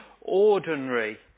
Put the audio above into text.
ordinary